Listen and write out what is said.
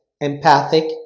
empathic